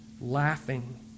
laughing